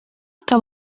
que